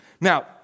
Now